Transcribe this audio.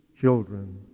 children